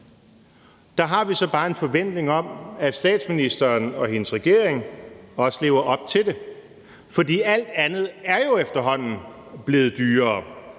Der har vi så bare en forventning om, at statsministeren og hendes regering også lever op til det, for alt andet er jo efterhånden blevet dyrere